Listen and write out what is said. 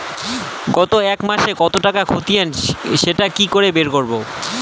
গত এক মাসের যে টাকার খতিয়ান সেটা কি করে বের করব?